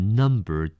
number